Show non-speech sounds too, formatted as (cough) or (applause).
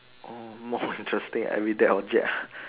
oh more interesting (laughs) everyday rojak